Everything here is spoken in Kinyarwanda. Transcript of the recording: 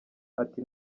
ati